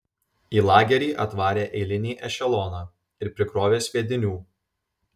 į lagerį atvarė eilinį ešeloną ir prikrovė sviedinių